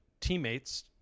teammates